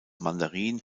mandarin